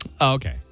Okay